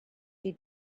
she